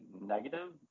negative